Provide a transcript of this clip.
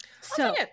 So-